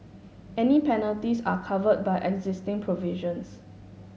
any penalties are covered by existing provisions